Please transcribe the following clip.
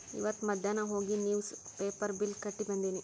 ಇವತ್ ಮಧ್ಯಾನ್ ಹೋಗಿ ನಿವ್ಸ್ ಪೇಪರ್ ಬಿಲ್ ಕಟ್ಟಿ ಬಂದಿನಿ